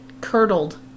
curdled